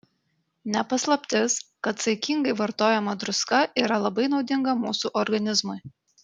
ne paslaptis kad saikingai vartojama druska yra labai naudinga mūsų organizmui